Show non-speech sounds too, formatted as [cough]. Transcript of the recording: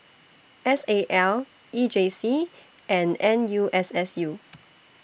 S A L E J C and N U S S U [noise]